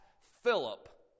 Philip